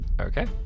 Okay